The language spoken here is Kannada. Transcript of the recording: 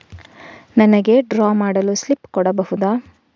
ನನಿಗೆ ಡ್ರಾ ಮಾಡಲು ಸ್ಲಿಪ್ ಕೊಡ್ಬಹುದಾ?